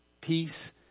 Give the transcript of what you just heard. peace